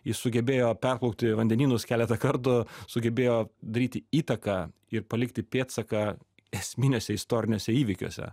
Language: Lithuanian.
jis sugebėjo perplaukti vandenynus keletą kartų sugebėjo daryti įtaką ir palikti pėdsaką esminiuose istoriniuose įvykiuose